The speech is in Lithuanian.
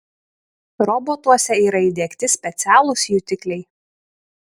robotuose yra įdiegti specialūs jutikliai